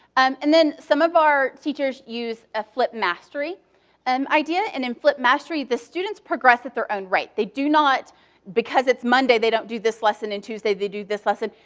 um and some of our teachers used a flip mastery um idea. and in flip mastery, the students progress at their own rate. they do not because it's monday, they don't do this lesson, and tuesday they do this lesson.